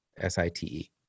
s-i-t-e